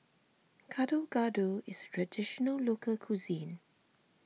Gado Gado is Traditional Local Cuisine